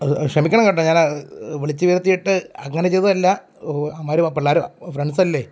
ക്ഷമിക്കണം കേട്ടോ ഞാൻ വിളിച്ചു വരുത്തിയിട്ട് അങ്ങനെ ചെയ്തതല്ല അവന്മാർ പിള്ളേർ ഫ്രണ്ട്സല്ലേ